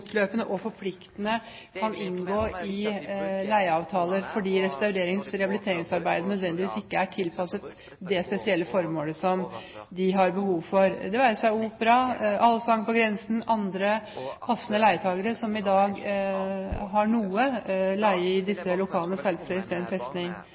og forpliktende, kan inngå i leieavtaler, fordi restaurerings- og rehabiliteringsarbeidene nødvendigvis ikke er tilpasset det spesielle formålet de har, det være seg opera, «Allsang på grensen» eller andre passende leietakere som i dag har noe leie i